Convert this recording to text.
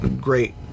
great